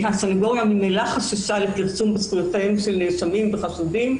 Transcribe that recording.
והסניגוריה ממילא חששה לכרסום בזכויותיהם של נאשמים וחשודים,